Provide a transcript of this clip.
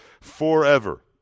forever